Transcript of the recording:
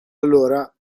allora